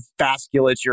vasculature